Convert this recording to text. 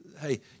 hey